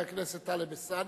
חבר הכנסת טלב אלסאנע,